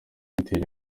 dutera